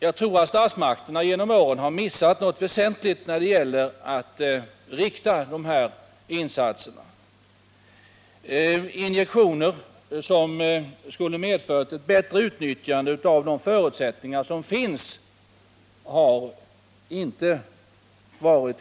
Jag tror att statsmakterna genom åren har missat något väsentligt när det gäller att rikta de här insatserna. Injektioner som skulle medfört ett bättre tillvaratagande av de förutsättningar som finns har inte gjorts.